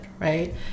right